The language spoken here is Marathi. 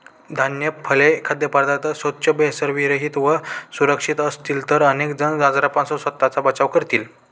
धान्य, फळे, खाद्यपदार्थ स्वच्छ, भेसळविरहित व सुरक्षित असतील तर अनेक जण आजारांपासून स्वतःचा बचाव करतील